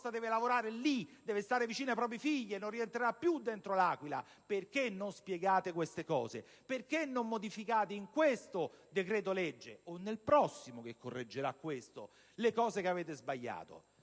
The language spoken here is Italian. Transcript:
deve lavorare lì, deve stare vicino ai propri figli e non rientrerà più dentro L'Aquila? Perché non spiegate queste cose? Perché non modificate in questo decreto-legge, o nel prossimo che correggerà questo, le cose che avete sbagliato?